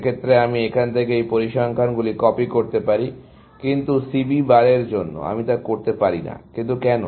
সেক্ষেত্রে আমি এখান থেকে এই পরিসংখ্যানগুলি কপি করতে পারি কিন্তু C B বারের জন্য আমি তা করতে পারি না কিন্তু কেন